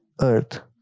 earth